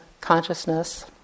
consciousness